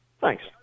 Thanks